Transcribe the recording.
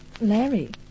Larry